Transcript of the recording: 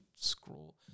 scroll